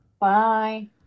bye